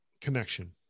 connection